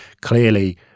clearly